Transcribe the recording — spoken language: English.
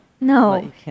no